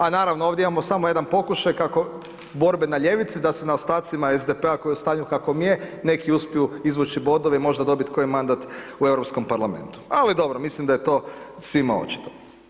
A naravno ovdje imamo samo jedan pokušaj kako borbe na ljevici da se na ostacima SDP-a koji je u stanju kakvom je neki uspiju izvući bodove i možda dobiti koji mandat u Europskom parlamentu, ali dobro mislim da je to svima očito.